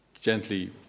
gently